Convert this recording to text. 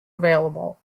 available